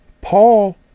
Paul